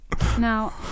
Now